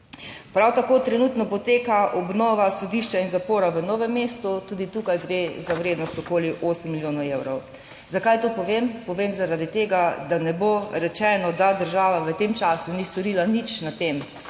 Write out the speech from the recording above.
Prav tako trenutno poteka obnova sodišča in zapora v Novem mestu, tudi tukaj gre za vrednost okoli osem milijonov evrov. Zakaj to povem? Povem zaradi tega, da ne bo rečeno, da država v tem času ni storila nič na tem,